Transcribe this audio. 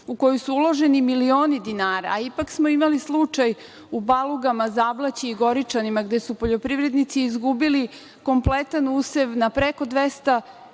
u koju su uloženi milioni dinara, a ipak smo imali slučaj u Balugama, Zableći i Goričanima, gde su poljoprivrednici izgubili kompletan usev na preko 200